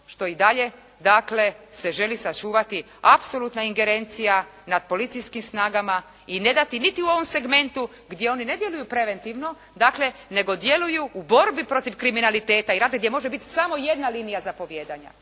što i dalje dakle se želi sačuvati apsolutna ingerencija nad policijskim snagama i ne dati niti u ovom segmentu gdje oni ne djeluju preventivno, dakle nego djeluju u borbi protiv kriminaliteta i rade gdje može biti samo jedna linija zapovijedanja,